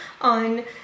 on